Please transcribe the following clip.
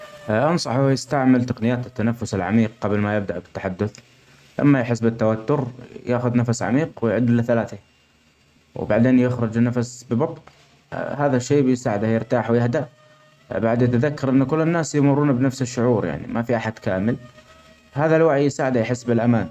أنصحه يستعمل تقنيات التنفس العميق قبل ما يبدأ بالتحدث أما يحس بالتوتر ياخد نفس عميق ، ويعد لثلاثه. وبعدين يخرج النفس ببطق ا هذا الشئ يساعده يرتاح ويهدي ، بعدين يتذكر أن كل الناس يمرون بنفس الشعور يعني ما في أحد كامل ، هذا الوعي يساعده يحس بالأمان.